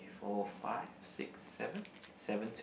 four five six seven seven two